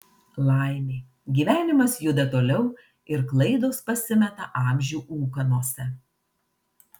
laimė gyvenimas juda toliau ir klaidos pasimeta amžių ūkanose